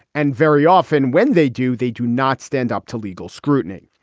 and very often when they do, they do not stand up to legal scrutiny.